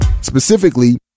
Specifically